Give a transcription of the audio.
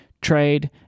Trade